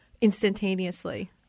instantaneously